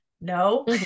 No